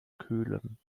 kühlen